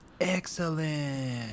Excellent